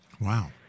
Wow